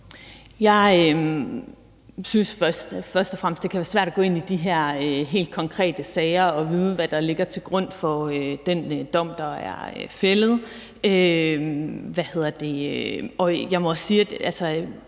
Jeg synes først og fremmest, det kan være svært at gå ind i de her helt konkrete sager og vide, hvad der ligger til grund for den dom, der er fældet.